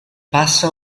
passa